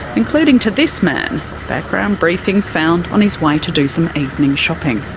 including to this man background briefing found on his way to do some evening shopping.